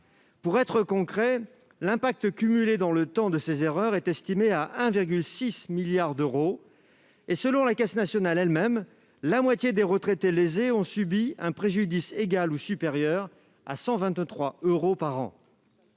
Concrètement, l'impact cumulé dans le temps de ces erreurs est estimé à 1,6 milliard d'euros et, selon la Caisse nationale d'assurance vieillesse elle-même, la moitié des retraités lésés ont subi un préjudice égal ou supérieur à 123 euros par an.